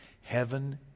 Heaven